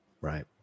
right